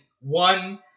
one